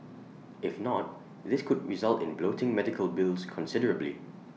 if not this could result in bloating medical bills considerably